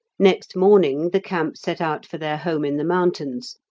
next morning the camp set out for their home in the mountains,